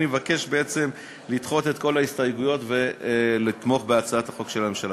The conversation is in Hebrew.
אני מבקש לדחות את כל ההסתייגויות ולתמוך בהצעת החוק של הממשלה.